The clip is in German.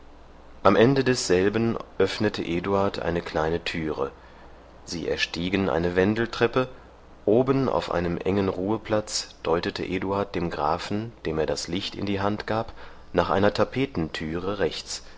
am ende desselben öffnete eduard eine kleine türe sie erstiegen eine wendeltreppe oben auf einem engen ruheplatz deutete eduard dem grafen dem er das licht in die hand gab nach einer tapetentüre rechts